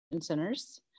Centers